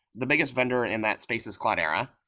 the biggest vendor in that space is cloudera.